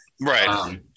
Right